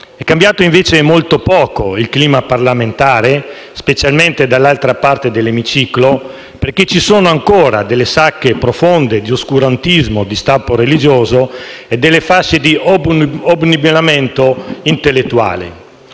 cambiato molto poco il clima parlamentare, specialmente dall'altra parte dell'Emiciclo, perché ci sono ancora delle sacche profonde di oscurantismo di stampo religioso e delle fasce di obnubilamento intellettuale